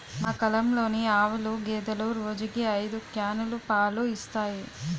మా కల్లంలోని ఆవులు, గేదెలు రోజుకి ఐదు క్యానులు పాలు ఇస్తాయి